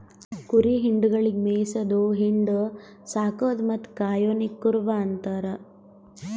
ಕುರಿ ಹಿಂಡುಗೊಳಿಗ್ ಮೇಯಿಸದು, ಹಿಂಡು, ಸಾಕದು ಮತ್ತ್ ಕಾಯೋನಿಗ್ ಕುರುಬ ಅಂತಾರ